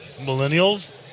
millennials